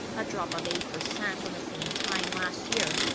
a drop of eight percent from the same time last year.